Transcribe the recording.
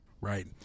right